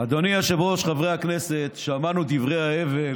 אדוני היושב-ראש, חברי הכנסת, שמענו את דברי ההבל